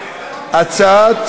הצעת,